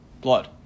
blood